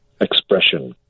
expression